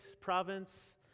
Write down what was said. province